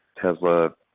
tesla